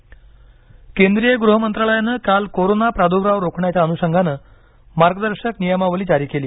मार्गदर्शक नियमावली केंद्रीय गृह मंत्रालयानं काल कोरोना प्रादुर्भाव रोखण्याच्या अनुषंगानं मार्गदर्शक नियमावली जारी केली